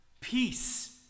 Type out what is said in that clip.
peace